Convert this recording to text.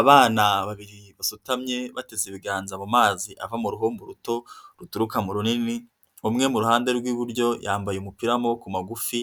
Abana babiri basutamye bateze ibiganza mu mazi ava mu ruhumbo ruto ruturuka mu runini, umwe mu ruhande rw'iburyo yambaye umupira w'amaboko magufi